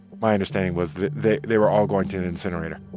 my understanding was they they were all going to an incinerator.